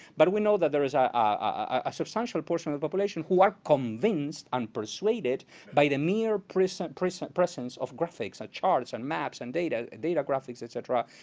but we know that there is a ah substantial portion of the population who are convinced and persuaded by the mere presence presence presence of graphics, or charts, and maps, and data data graphics, et cetera,